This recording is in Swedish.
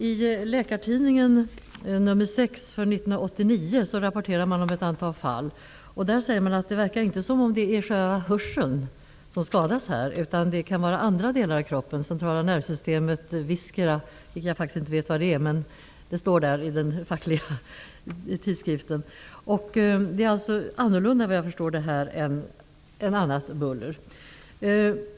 I Läkartidningen nr 6 från 1989 rapporteras om ett antal fall. Där sägs att det inte verkar vara själva hörseln som skadas, utan det kan vara andra delar av kroppen såsom centrala nervsystemet, viscera, vilket jag faktiskt inte vet vad det är men som är nämnt i den fackliga tidskriften. Detta buller är, såvitt jag förstår, annorlunda än annat buller.